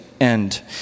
end